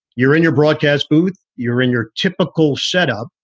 you're in your broadcast booth. you're in your typical setup.